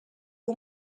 اون